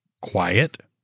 Quiet